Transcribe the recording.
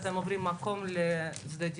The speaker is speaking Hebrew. אנחנו לא צריכים להבין על מה אנחנו מצביעים?